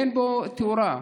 אין בו תאורה.